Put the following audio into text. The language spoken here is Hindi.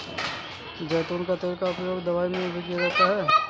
ज़ैतून का तेल का उपयोग दवाई में भी किया जाता है